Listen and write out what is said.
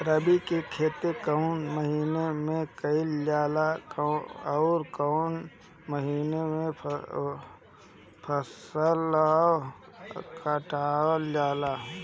रबी की खेती कौने महिने में कइल जाला अउर कौन् महीना में फसलवा कटल जाला?